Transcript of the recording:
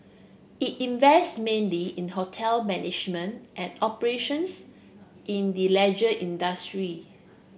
it invests mainly in hotel management and operations in the leisure industry